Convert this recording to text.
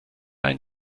einen